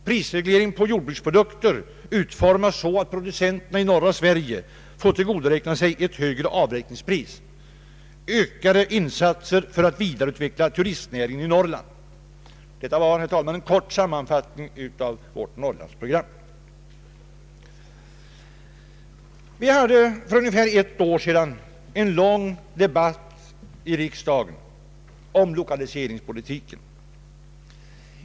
Prisregleringen på jordbruksprodukter utfor mas så att producenterna i norra Sverige får tillgodoräkna sig ett högre avräkningspris. Ökade insatser för att vidareutveckla turistnäringen i Norrland. Detta var, herr talman, en kort sammanfattning av vårt Norrlandsprogram. Vi hade för ungefär ett år sedan en lång debatt i riksdagen om lokaliseringspolitiken.